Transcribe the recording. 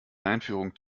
einführung